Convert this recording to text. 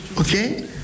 Okay